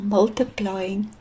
Multiplying